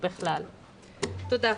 תודה.